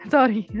Sorry